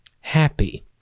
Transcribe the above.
happy